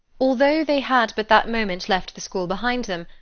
although they had but that moment left the school behind them,